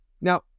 Now